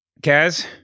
Kaz